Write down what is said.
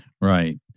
Right